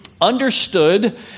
understood